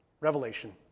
Revelation